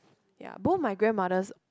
ya both my grandmothers